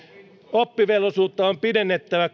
oppivelvollisuutta on pidennettävä